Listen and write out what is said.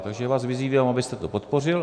Takže vás vyzývám, abyste to podpořil.